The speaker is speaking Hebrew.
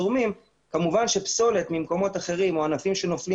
כמובן שפסולת ממקומות אחרים או ענפים שנופלים